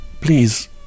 Please